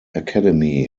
academy